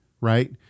right